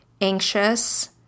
anxious